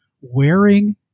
wearing